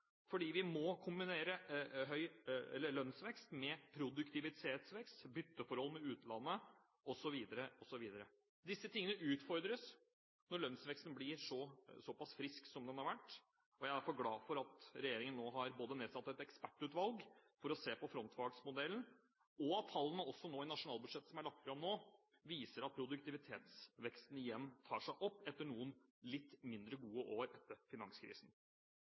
fordi vi må kombinere lønnsvekst med produktivitetsvekst, bytteforhold med utlandet, osv. osv. Disse tingene utfordres når lønnsveksten blir såpass frisk som den har vært. Jeg er i hvert fall glad for at regjeringen nå har nedsatt et ekspertutvalg for å se på frontfagsmodellen, og at tallene også i nasjonalbudsjettet som nå er lagt fram, viser at produktivitetsveksten igjen tar seg opp etter noen litt mindre gode år etter finanskrisen.